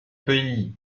pays